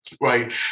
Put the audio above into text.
Right